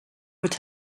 could